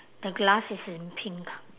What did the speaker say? the glass is in pink